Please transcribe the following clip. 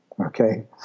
Okay